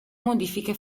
modifiche